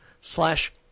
slash